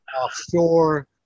offshore